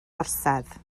orsedd